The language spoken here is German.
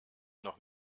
noch